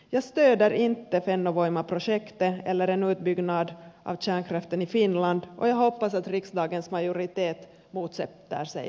jag stöder inte fennovoima projektet eller en utbyggnad av kärnkraften i finland och jag hoppas att riksdagens majoritet motsätter sig principbeslutet